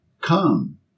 Come